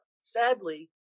Sadly